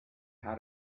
how